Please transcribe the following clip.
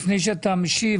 לפני שאתה משיב,